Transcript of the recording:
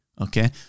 Okay